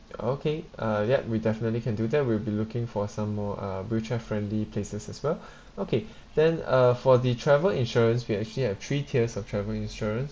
okay uh ya we definitely can do that we'll be looking for some more uh wheelchair friendly places as well okay then uh for the travel insurance we actually have three tiers of travel insurance